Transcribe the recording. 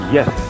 Yes